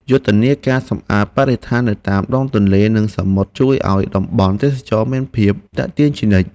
យុទ្ធនាការសម្អាតបរិស្ថាននៅតាមដងទន្លេ និងសមុទ្រជួយឱ្យតំបន់ទេសចរណ៍មានភាពទាក់ទាញជានិច្ច។